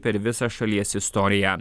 per visą šalies istoriją